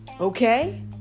Okay